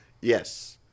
Yes